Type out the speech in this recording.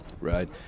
Right